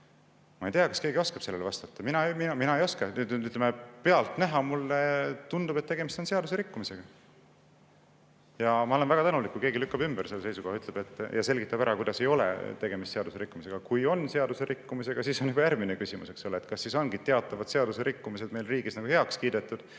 Ma ei tea, kas keegi oskab sellele vastata, mina ei oska. Ütleme, pealtnäha mulle tundub, et tegemist on seaduse rikkumisega. Ma olen väga tänulik, kui keegi lükkab selle seisukoha ümber, ütleb ja selgitab ära, kuidas ei ole tegemist seaduse rikkumisega. Kui see on seaduse rikkumine, siis on juba järgmine küsimus, eks ole, kas siis teatavad seadusrikkumised ongi meie riigis heaks kiidetud